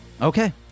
Okay